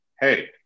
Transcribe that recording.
Hey